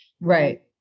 Right